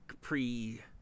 pre